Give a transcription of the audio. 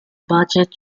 budget